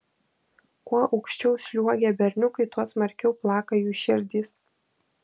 kuo aukščiau sliuogia berniukai tuo smarkiau plaka jų širdys